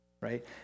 right